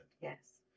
yes